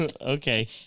Okay